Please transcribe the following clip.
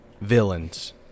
villains